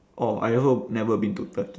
orh I also never been to turkey